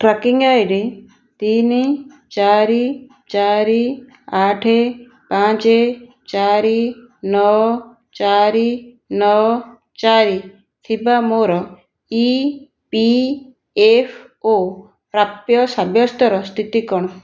tracking ID ତିନି ଚାରି ଚାରି ଆଠେ ପାଞ୍ଚେ ଚାରି ନଅ ଚାରି ନଅ ଚାରି ଥିବା ମୋ'ର ଇପିଏଫ୍ଓ ପ୍ରାପ୍ୟ ସାବ୍ୟସ୍ତର ସ୍ଥିତି କ'ଣ